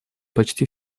почти